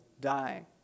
dying